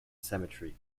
cemetery